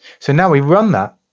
so now we run that,